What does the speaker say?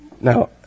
Now